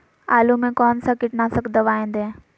आलू में कौन सा कीटनाशक दवाएं दे?